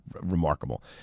remarkable